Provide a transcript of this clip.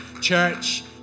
Church